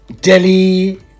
Delhi